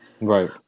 Right